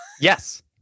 Yes